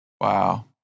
Wow